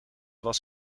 was